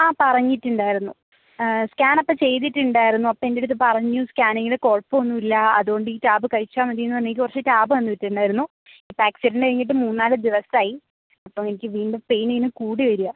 ആ പറഞ്ഞിട്ടുണ്ടാരുന്നു സ്കാനപ്പം ചെയ്തിട്ടുണ്ടായിരുന്നു അപ്പം എൻ്റെടുത്ത് പറഞ്ഞു സ്കാനിങ്ങില് കുഴപ്പമൊന്നുമില്ല അതുകൊണ്ട് ഈ ടാബ് കഴിച്ചാൽ മതിയെന്ന് പറഞ്ഞ് എനിക്ക് കുറച്ച് ടാബ് തന്ന് വിട്ടിട്ടുണ്ടായിരുന്നു ഇപ്പോൾ ആക്സിഡൻറ്റ് കഴിഞ്ഞിട്ട് മൂന്നാല് ദിവസമായി അപ്പോൾ എനിക്ക് വീണ്ടും പെയ്നിങ്ങനെ കൂടി വരിക